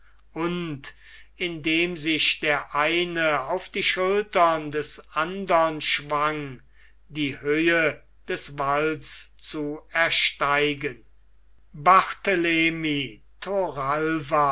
und indem sich der eine auf die schultern des andern schwang die höhe des walls zu ersteigen barthelemy toralva